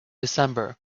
december